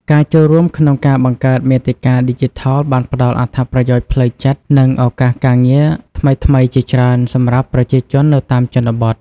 ការចូលរួមក្នុងការបង្កើតមាតិកាឌីជីថលបានផ្តល់អត្ថប្រយោជន៍ផ្លូវចិត្ត និងឱកាសការងារថ្មីៗជាច្រើនសម្រាប់ប្រជាជននៅតាមជនបទ។